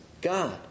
God